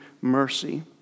mercy